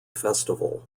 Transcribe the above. festival